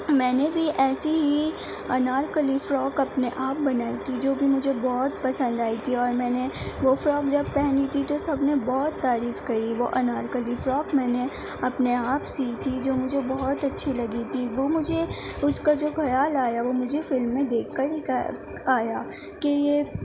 میں نے بھی ایسے ہی انار کلی فروک اپنے آپ بنائی تھی جو بھی مجھے بہت پسند آئی تھی اور میں نے وہ فروک جب پہنی تھی تو سب نے بہت تعریف کری وہ انار کلی فروک میں نے اپنے آپ سی تھی جو مجھے بہت اچھی لگی تھی وہ مجھے اُس کا جو مجھے خیال آیا وہ مجھے فِلمیں دیکھ کر ہی خاک آیا کہ یہ